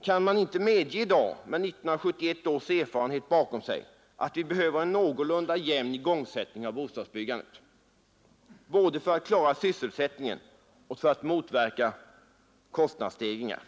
Kan man inte i dag med 1971 års erfarenhet bakom sig medge att vi behöver en någorlunda jämn igångsättning av bostadsbyggandet både för att klara sysselsättningen och för att motverka kostnadsstegringar?